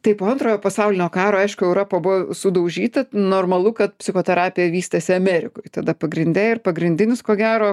tai po antrojo pasaulinio karo aišku europa buvo sudaužyta normalu kad psichoterapija vystėsi amerikoj tada pagrinde ir pagrindinis ko gero